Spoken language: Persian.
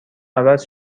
عوض